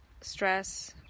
stress